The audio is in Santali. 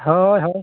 ᱦᱳᱭ ᱦᱳᱭ